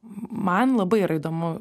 man labai yra įdomu